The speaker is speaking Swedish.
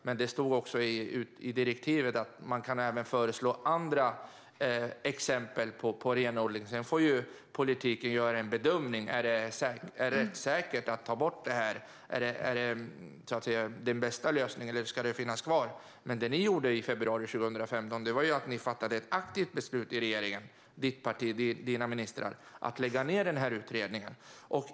Men i direktivet stod det att man även kan ta upp andra exempel på renodling. Sedan får politiken göra en bedömning om det är rättssäkert och den bästa lösningen att ta bort en uppgift eller om den ska finnas kvar. Vad dina ministrar i regeringen gjorde i februari 2015 var att aktivt fatta beslut om att lägga ned utredningen.